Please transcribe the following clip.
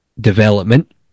Development